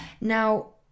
Now